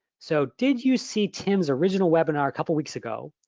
so did you see tim's original webinar a couple weeks ago,